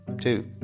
two